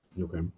okay